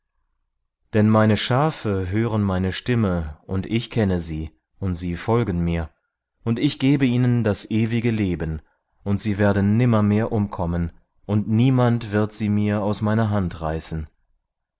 denn meine schafe hören meine stimme und ich kenne sie und sie folgen mir und ich gebe ihnen das ewige leben und sie werden nimmermehr umkommen und niemand wird sie mir aus meiner hand reißen